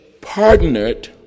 partnered